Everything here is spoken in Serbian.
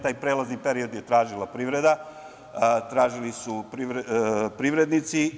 Taj prelazni period je tražila privreda, tražili su privrednici.